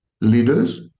leaders